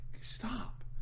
Stop